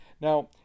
Now